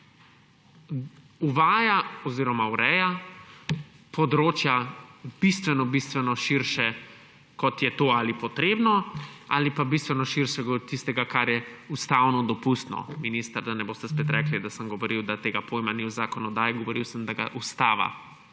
Uvaja oziroma ureja področja bistveno bistveni širše, kot je to ali potrebno ali pa bistveno širše od tistega, kar je ustavno dopustno. Minister, da ne boste spet rekli, da sem govoril, da tega pojma ni v zakonodaji. Govoril sem, da ga ustava